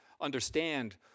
understand